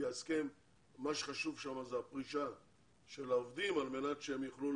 כי מה שחשוב שם זה הפרישה של העובדים על מנת שהם יוכלו